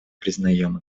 признаем